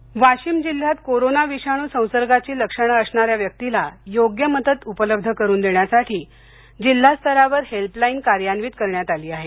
helpline Washim जिल्ह्यात corona विषाणू संसर्गाची लक्षणे असणाऱ्या व्यक्तींला योग्य मदत उपलब्ध करून देण्यासाठी जिल्हास्तरावर हेल्पलाईन कार्यान्वित करण्यात आली आहे